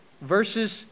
verses